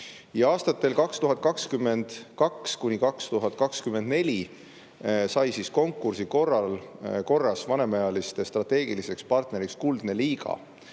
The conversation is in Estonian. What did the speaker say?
Aastatel 2022–2024 sai konkursi korras vanemaealiste strateegiliseks partneriks Kuldne Liiga.